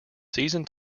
season